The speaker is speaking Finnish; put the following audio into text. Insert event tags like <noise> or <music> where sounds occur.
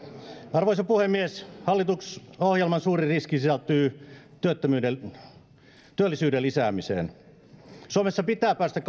arvoisa puhemies hallitusohjelman suurin riski sisältyy työllisyyden lisäämiseen suomessa pitää päästä <unintelligible>